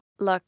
Look